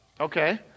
Okay